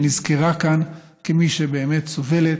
שנזכרה כאן כמי שבאמת סובלת